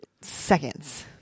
Seconds